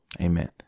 amen